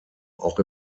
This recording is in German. auch